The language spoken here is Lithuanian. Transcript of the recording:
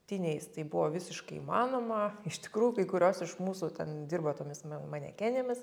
tiniais tai buvo visiškai įmanoma iš tikrųjų kai kurios iš mūsų ten dirba tomis manekenėmis